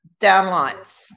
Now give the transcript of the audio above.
downlights